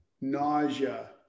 nausea